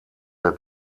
der